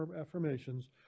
affirmations